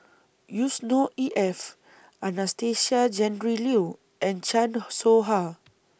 Yusnor E F Anastasia Tjendri Liew and Chan Soh Ha